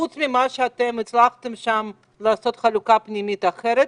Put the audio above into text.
חוץ ממה שאתם הצלחתם שם לעשות חלוקה פנימית אחרת,